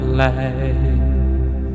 life